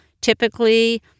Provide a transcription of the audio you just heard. Typically